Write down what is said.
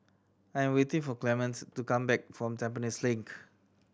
I am waiting for Clementines to come back from Tampines Link